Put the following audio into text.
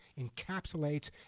encapsulates